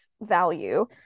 value